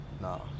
No